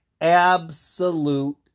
Absolute